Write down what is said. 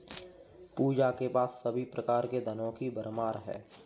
पूजा के पास सभी प्रकार के धनों की भरमार है